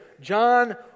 John